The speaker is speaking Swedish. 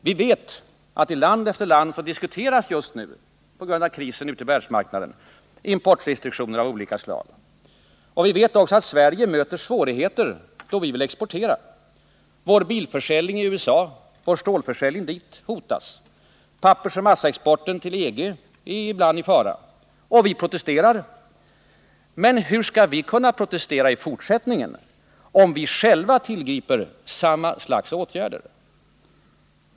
Vi vet att man i land efter land just nu på grund av krisen på världsmarknaden diskuterar importrestriktioner av olika slag. Vi vet också att Sverige möter svårigheter då vi vill exportera. Vår bilförsäljning och vår stålförsäljning i USA hotas. Pappersoch massaexporten till EG är i fara. Och vi protesterar. Men hur skall vi kunna protestera i fortsättningen, om vi själva tillgriper samma slags åtgärder.